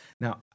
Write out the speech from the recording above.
Now